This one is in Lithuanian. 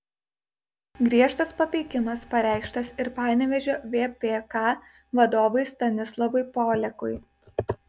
griežtas papeikimas pareikštas ir panevėžio vpk vadovui stanislovui poliakui